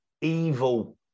evil